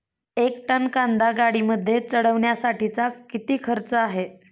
एक टन कांदा गाडीमध्ये चढवण्यासाठीचा किती खर्च आहे?